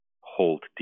hold